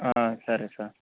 సరే సార్